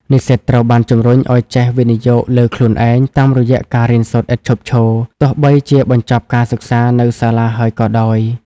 និស្សិតត្រូវបានជម្រុញឱ្យចេះ "វិនិយោគលើខ្លួនឯង" តាមរយៈការរៀនសូត្រឥតឈប់ឈរ ទោះបីជាបញ្ចប់ការសិក្សានៅសាលាហើយក៏ដោយ។